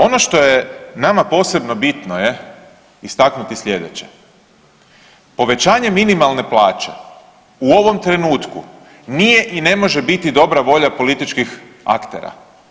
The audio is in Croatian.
Ono što je nama posebno bitno je istaknuti sljedeće, povećanje minimalne plaće u ovom trenutku nije i ne može biti dobra volja političkih aktera.